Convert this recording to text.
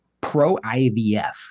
pro-IVF